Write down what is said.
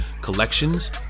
Collections